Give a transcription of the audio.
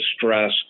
stress